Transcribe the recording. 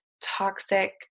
toxic